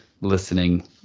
listening